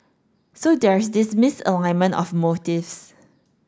so there's this misalignment of motives